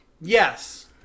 Yes